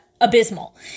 abysmal